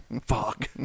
Fuck